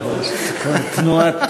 תנועת